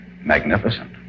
magnificent